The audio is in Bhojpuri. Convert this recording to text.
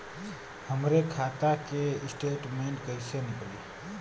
हमरे खाता के स्टेटमेंट कइसे निकली?